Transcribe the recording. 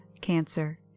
cancer